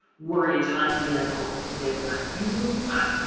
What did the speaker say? worry a ton and be, like, oh, i'll be way behind. you will be fine.